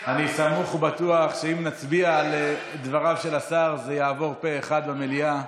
אני סמוך ובטוח שאם נצביע על דבריו של השר זה יעבור פה אחד במליאה.